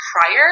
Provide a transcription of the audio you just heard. prior